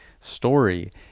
story